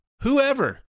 Whoever